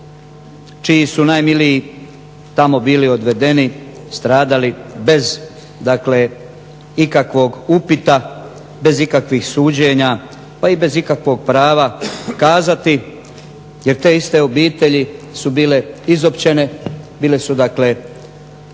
čiji su najmiliji tamo bili odvedeni, stradali bez ikakvog upita bez ikakvih suđenja, pa i bez ikakvog prava kazati jer te iste obitelji bile su izopćene bile su od svih